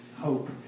hope